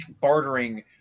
bartering